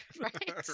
right